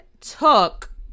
took